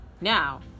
Now